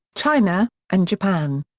china, and japan.